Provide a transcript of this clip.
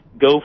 go